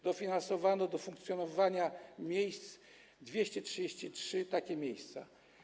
Dofinansowano do funkcjonowania miejsc 233 takie miejsca.